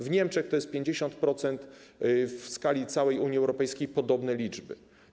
W Niemczech to jest 50%, w skali całej Unii Europejskiej są to podobne liczby.